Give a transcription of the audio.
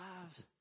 lives